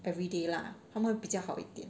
everyday lah 他们会比较好一点